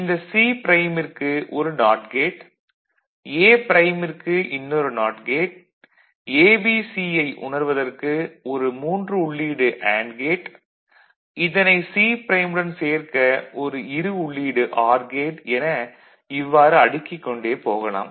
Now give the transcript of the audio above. இந்த C ப்ரைமிற்கு ஒரு நாட் கேட் A ப்ரைமிற்கு இன்னொரு நாட் கேட் ABC ஐ உணர்வதற்கு ஒரு 3 உள்ளீடு அண்டு கேட் இதனை C ப்ரைமுடன் சேர்க்க ஒரு இரு உள்ளீடு ஆர் கேட் என இவ்வாறு அடுக்கிக் கொண்ட போகலாம்